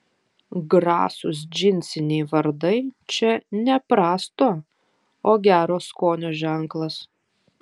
grasūs džinsiniai vardai čia ne prasto o gero skonio ženklas